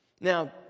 Now